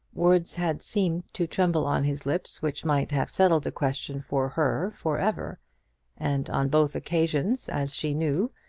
words had seemed to tremble on his lips which might have settled the question for her for ever and on both occasions, as she knew,